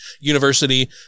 university